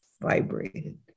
vibrated